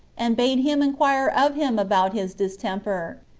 and bade him inquire of him about his distemper,